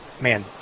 man